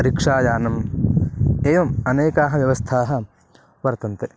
rickshaw यानम् एवम् अनेकाः व्यवस्थाः वर्तन्ते